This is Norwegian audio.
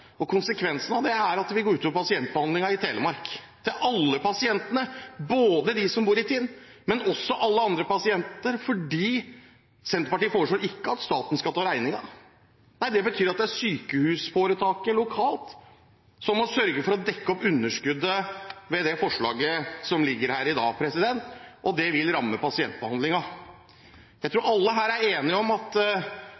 av det er at det vil gå ut over pasientbehandlingen i Telemark for alle pasientene, både de som bor i Tinn og alle andre pasienter, for Senterpartiet foreslår ikke at staten skal ta regningen. Det betyr at det er sykehusforetaket lokalt som må sørge for å dekke opp underskuddet ved det forslaget som ligger her i dag, og det vil ramme pasientbehandlingen. Jeg tror